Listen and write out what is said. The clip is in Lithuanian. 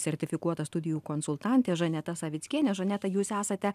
sertifikuota studijų konsultantė žaneta savickienė žaneta jūs esate